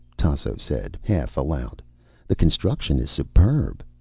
tasso said, half-aloud. the construction is superb.